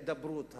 להידברות,